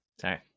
Sorry